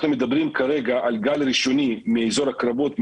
מדברים כרגע על גל ראשוני מאזור הקרבות,